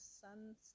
sun's